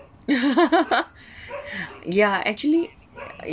ya actually